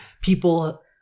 people